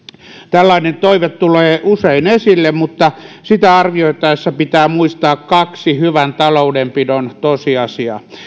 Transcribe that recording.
tällainen toive tulee usein esille mutta sitä arvioitaessa pitää muistaa kaksi hyvän taloudenpidon tosiasiaa